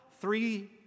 three